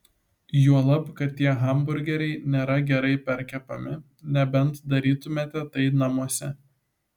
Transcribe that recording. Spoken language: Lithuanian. juolab kad tie hamburgeriai nėra gerai perkepami nebent darytumėte tai namuose